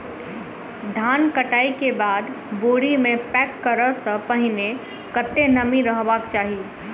धान कटाई केँ बाद बोरी मे पैक करऽ सँ पहिने कत्ते नमी रहक चाहि?